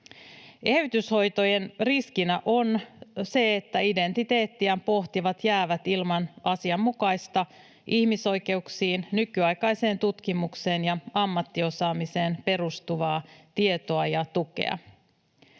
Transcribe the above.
Eheytyshoitojen riskinä on se, että identiteettiään pohtivat jäävät ilman asianmukaista ihmisoikeuksiin, nykyaikaiseen tutkimukseen ja ammattiosaamiseen perustuvaa tietoa ja tukea.